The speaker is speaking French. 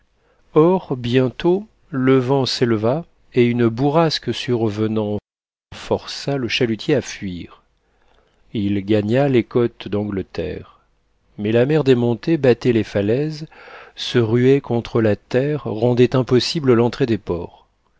or bientôt le vent s'éleva et une bourrasque survenant força le chalutier à fuir il gagna les côtes d'angleterre mais la mer démontée battait les falaises se ruait contre la terre rendait impossible l'entrée des ports